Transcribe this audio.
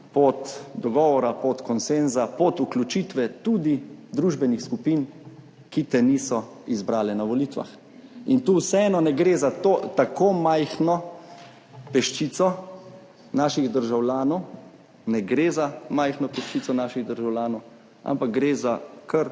pot dogovora, pot konsenza, pot vključitve tudi družbenih skupin, ki te niso izbrale na volitvah. In tu vseeno ne gre za tako majhno peščico naših državljanov, ne gre za majhno peščico naših državljanov, ampak gre za kar